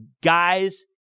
guys